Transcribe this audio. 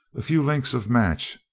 a few links of match,